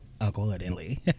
accordingly